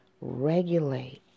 regulate